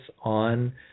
on